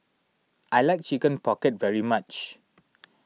I like Chicken Pocket very much